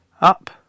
up